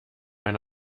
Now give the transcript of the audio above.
eine